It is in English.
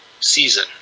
season